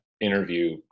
interview